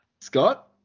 Scott